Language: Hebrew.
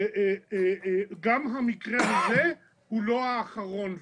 גם המקרה הזה הוא לא האחרון.